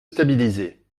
stabiliser